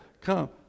come